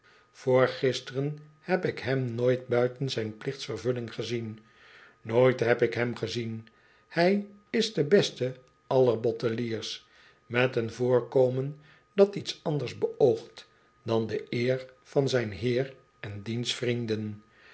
vr gisteren heb ik hem nooit buiten zijn plichtsvervulling gezien nooit heb ik hem gezien hij is de beste aller botteliers met een voorkomen dat iets anders beoogt dan de eer van zijn heer en diens vrienden